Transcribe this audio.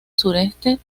sureste